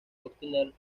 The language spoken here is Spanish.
obtener